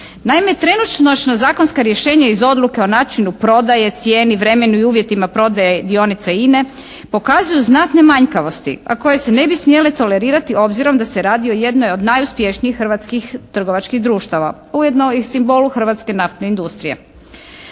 Naime trenutačna zakonska rješenja iz odluke o načinu prodaje, cijeni, vremenu i uvjetima prodaje dionica INA-e pokazuju znatne manjkavosti a koje se ne bi smjele tolerirati, obzirom da se radi o jednoj najuspješnijih hrvatskih trgovačkih društava, ujedno i simbolu hrvatske naftne industrije.